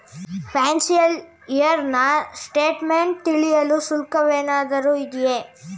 Financial year ನ statement ತಿಳಿಯಲು ಶುಲ್ಕವೇನಾದರೂ ಇದೆಯೇ?